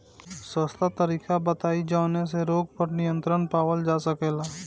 सस्ता तरीका बताई जवने से रोग पर नियंत्रण पावल जा सकेला?